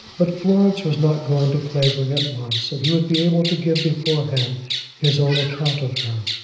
but florence was not going to clavering at once, and he would be able to give beforehand his own account of her.